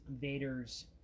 Vader's